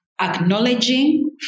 acknowledging